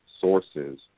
sources